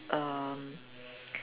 err